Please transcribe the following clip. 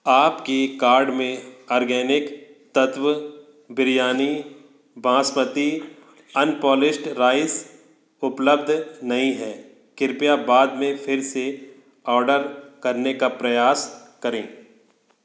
आपकी कार्ड में आर्गेनिक तत्त्व बिरयानी बांसमती अनपॉलिश्ड राइस नहीं है कृपया बाद में फिर से ऑर्डर करने का प्रयास करें